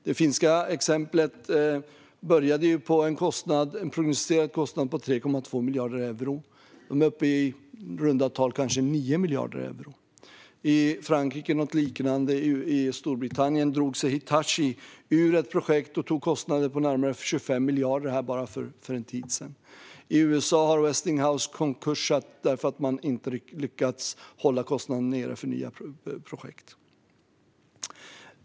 Det finska exemplet började med en prognostiserad kostnad på 3,2 miljarder euro och är nu uppe på i runda tal 9 miljarder euro. I Frankrike är det något liknande. I Storbritannien drog sig Hitachi ur ett projekt och tog kostnader på närmare 25 miljarder för en tid sedan. I USA har Westinghouse gått i konkurs därför att de inte riktigt lyckades hålla kostnaderna för nya projekt nere.